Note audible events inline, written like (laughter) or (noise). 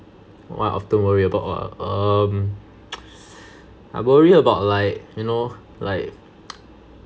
what I often worry about ah um (noise) I worry about like you know like (noise)